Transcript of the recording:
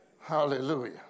Hallelujah